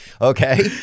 okay